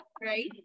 Right